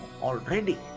already